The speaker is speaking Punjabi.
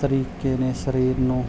ਤਰੀਕੇ ਨੇ ਸਰੀਰ ਨੂੰ